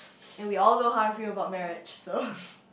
and we all know how I feel about marriage so